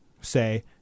Say